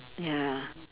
ya